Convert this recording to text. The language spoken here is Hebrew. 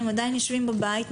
הם עדיין יושבים בבית,